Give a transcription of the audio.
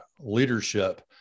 Leadership